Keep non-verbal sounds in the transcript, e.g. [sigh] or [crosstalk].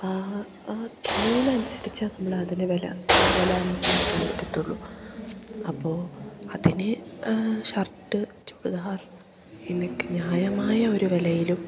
ആ തുണിയിനനുസരിച്ചാണ് നമ്മളതിന് വില [unintelligible] പറ്റത്തുള്ളൂ അപ്പോൾ അതിന് ഷർട്ട് ചുരിദാർ എന്നൊക്കെ ന്യായമായ ഒരു വിലയിലും